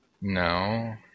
No